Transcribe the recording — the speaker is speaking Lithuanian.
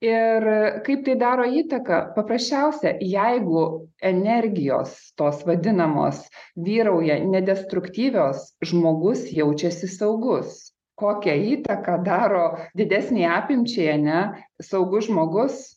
ir kaip tai daro įtaką paprasčiausia jeigu energijos tos vadinamos vyrauja ne destruktyvios žmogus jaučiasi saugus kokią įtaką daro didesnei apimčiai ar ne saugus žmogus